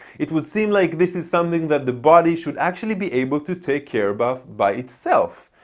it would seem like this is something that the body should actually be able to take care about by itself.